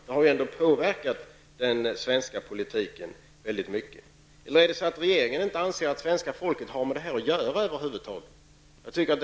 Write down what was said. Det har ändå påverkat den svenska politiken väldigt mycket. Eller anser regeringen att svenska folket inte har med det här att göra över huvud taget?